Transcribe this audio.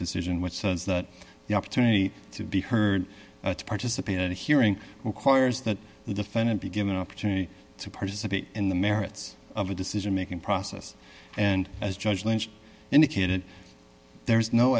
decision which says that the opportunity to be heard to participate hearing requires that the defendant be given an opportunity to participate in the merits of a decision making process and as judge lynch indicated there is no